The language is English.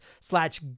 slash